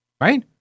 Right